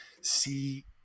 see